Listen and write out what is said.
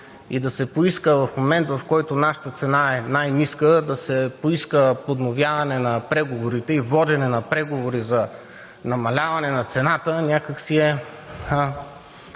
И да се поиска в момента, в който нашата цена е най-ниска, подновяване на преговорите, водене на преговори за намаляване на цената, някак си не